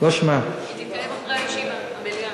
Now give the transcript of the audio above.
תתקיים אחרי ישיבת המליאה.